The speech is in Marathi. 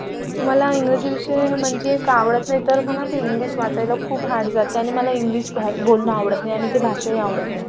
मला इंग्रजी विषय म्हणजे का आवडत नाही तर मला ते इंग्लिश वाचायला खूप हार्ड जाते आणि मला इंग्लिश भा बोलणं आवडत नाही आणि ती भाषाही आवडत नाही